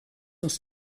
uns